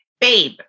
babe